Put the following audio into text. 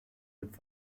mit